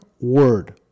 word